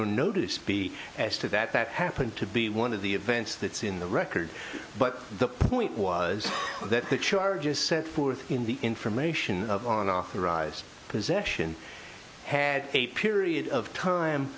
no notice b as to that that happened to be one of the events that's in the record but the point was that the charges set forth in the information of on authorized possession had a period of time